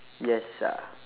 yes ah